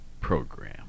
program